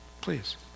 Please